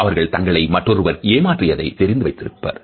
அவர்கள் தங்களை மற்றொருவர் ஏமாற்றியதை தெரிந்து வைத்திருப்பர்